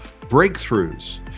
breakthroughs